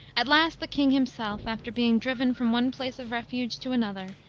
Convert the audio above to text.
at last the king himself, after being driven from one place of refuge to another,